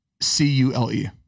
C-U-L-E